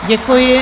Děkuji.